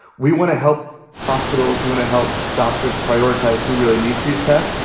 we want to help hospitals. we want to help doctors prioritize who really needs these tests.